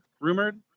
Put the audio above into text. rumored